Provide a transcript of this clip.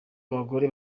abagore